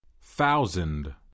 Thousand